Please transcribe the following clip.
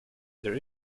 there